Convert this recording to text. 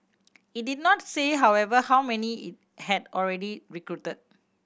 it did not say however how many it had already recruited